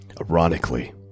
Ironically